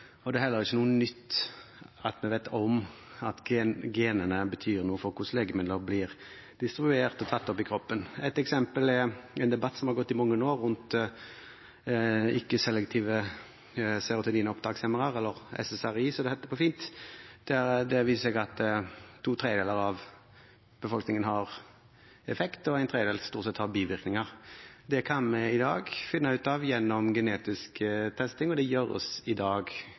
Og det er heller ikke noe nytt at vi vet at genene betyr noe for hvordan legemidler blir distribuert og tatt opp i kroppen. Et eksempel er en debatt som har gått i mange år rundt selektive serotoninreopptakshemmere, eller SSRI, som det heter på fint. Der viser det seg at for to tredjedeler av befolkningen har det effekt, og for en tredjedel er det stort sett bivirkninger. Det kan vi i dag finne ut av gjennom genetisk testing, og det gjøres i dag